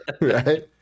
Right